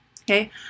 Okay